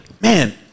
man